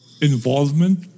involvement